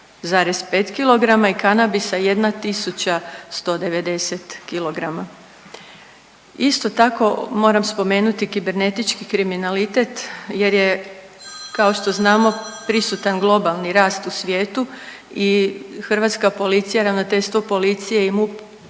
745,5 kg i kanabisa 1 tisuća 190 kg. Isto tako moram spomenuti kibernetički kriminalitet jer je kao što znamo prisutan globalni rast u svijetu i hrvatska policija i Ravnateljstvo policije i MUP